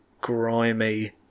grimy